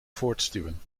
voortstuwen